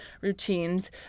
routines